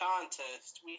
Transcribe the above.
contest